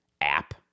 app